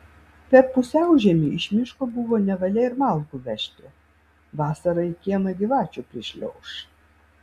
per pusiaužiemį iš miško buvo nevalia ir malkų vežti vasarą į kiemą gyvačių prišliauš